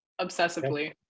Obsessively